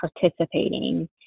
participating